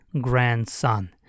grandson